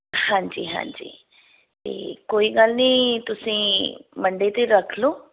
ਹਾਂਜੀ ਹਾਂਜੀ ਤਾਂ ਕੋਈ ਗੱਲ ਨਹੀਂ ਤੁਸੀਂ ਮੰਡੇ 'ਤੇ ਹੀ ਰੱਖ ਲਓ